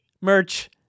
merch